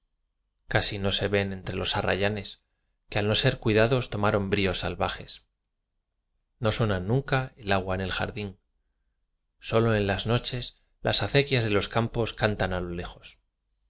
casi no se ven entre los arrayanes que al no ser cuidados tomaron bríos salvajes no suena nunca el agua en el jardín sólo en las noches las acequias de los campos cantan a lo le